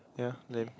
yeah lame